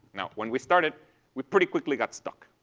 now, when we started we pretty quickly got stuck.